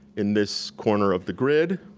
in this corner of the grid,